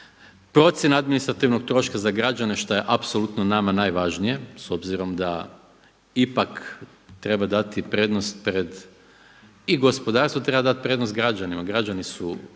procjena administrativnog troška za građane šta je apsolutno nama najvažnije s obzirom da ipak treba dati prednost prema i gospodarstvom, treba dati prednost građanima, građani su